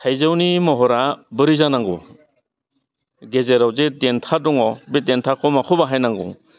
थाइजौनि महरा बोरै जानांगौ गेजेराव दि देन्था दङ बे देन्थाखौ माखौ बाहायनांगौ